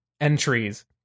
entries